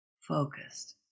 focused